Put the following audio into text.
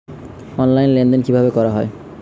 Online লেনদেন কিভাবে করা হয়?